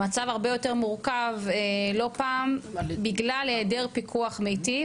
המצב הרבה יותר מורכב לא פעם בגלל היעדר פיקוח מיטיב,